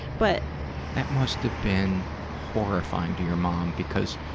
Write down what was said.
but that must have been horrifying to your mom, because